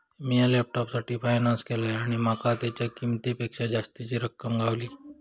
मिया लॅपटॉपसाठी फायनांस केलंय आणि माका तेच्या किंमतेपेक्षा जास्तीची रक्कम गावली